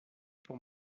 pour